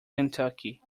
kentucky